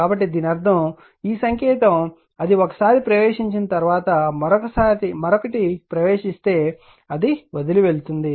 కాబట్టి దీని అర్థం ఈ సంకేతం అది ఒకసారి ప్రవేశించిన తర్వాత మరొకటి ప్రవేశిస్తే అది వదిలి వెళ్తుంది